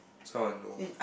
that's how I know